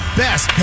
best